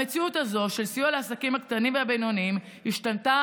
המציאות הזו של סיוע לעסקים הקטנים והבינוניים השתנתה